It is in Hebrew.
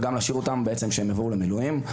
וגם להשאיר אותם שיבואו למילואים.